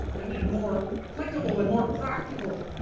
and and more applicable and more practical.